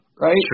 right